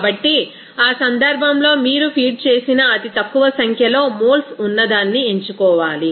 కాబట్టి ఆ సందర్భంలో మీరు ఫీడ్ చేసిన అతి తక్కువ సంఖ్యలో మోల్స్ ఉన్నదాన్ని ఎంచుకోవాలి